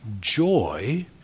joy